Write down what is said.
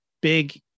big